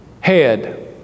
head